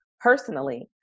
personally